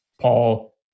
Paul